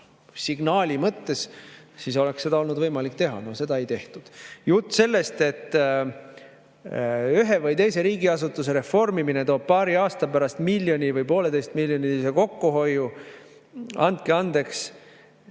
signaali mõttes, siis seda oleks olnud võimalik teha. Noh, seda ei tehtud. Jutt sellest, et ühe või teise riigiasutuse reformimine toob paari aasta pärast miljonilise või poolteisemiljonilise kokkuhoiu – andke andeks,